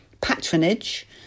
patronage